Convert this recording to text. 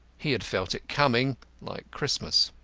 he had felt it coming like christmas.